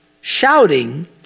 shouting